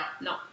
no